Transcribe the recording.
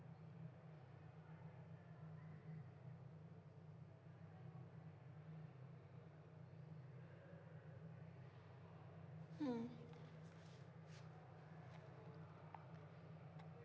hmm